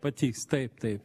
patiks taip taip